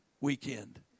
weekend